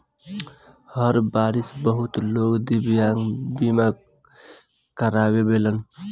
हर बारिस बहुत लोग दिव्यांग बीमा करावेलन